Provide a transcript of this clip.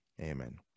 Amen